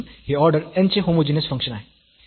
म्हणून हे order n चे होमोजीनियस फंक्शन आहे